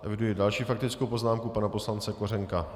Eviduji další faktickou poznámku pana poslance Kořenka.